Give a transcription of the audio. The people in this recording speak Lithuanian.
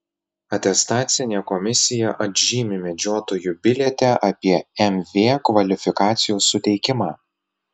atestacinė komisija atžymi medžiotojų biliete apie mv kvalifikacijos suteikimą